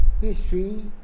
history